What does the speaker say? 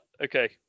Okay